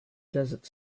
desert